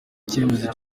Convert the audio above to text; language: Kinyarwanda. icyemezo